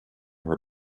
her